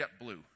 JetBlue